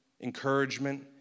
encouragement